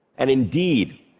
and indeed,